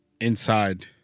inside